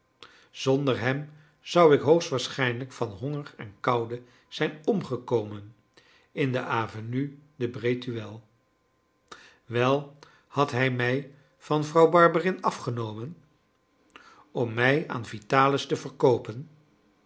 zonder hem zou ik hoogstwaarschijnlijk van honger en koude zijn omgekomen in de avenue de breteuil wel had hij mij van vrouw barberin afgenomen om mij aan vitalis te verkoopen